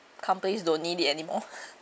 companies don't need it anymore